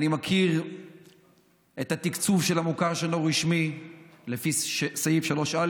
אני מכיר את התקצוב של המוכר שאינו רשמי לפי סעיף 3א